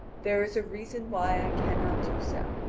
there is a reason why i cannot do so,